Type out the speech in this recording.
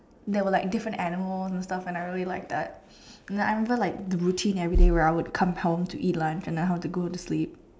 there were like different animals and stuff like that I really like that I remember like the routine everyday where I would come home to eat lunch and I have to go to sleep